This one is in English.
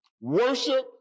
Worship